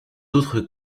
autres